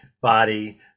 body